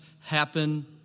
happen